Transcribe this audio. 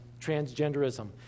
transgenderism